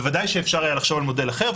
ודאי שאפשר היה לחשוב על מודל אחר,